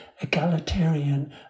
egalitarian